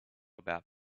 about